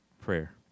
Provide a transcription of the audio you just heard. Prayer